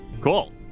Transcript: Cool